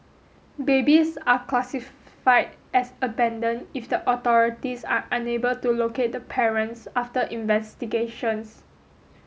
babies are classified as abandoned if the authorities are unable to locate the parents after investigations